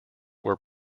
were